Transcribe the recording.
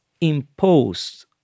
imposed